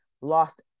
lost